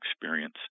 experience